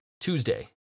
Tuesday